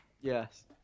Yes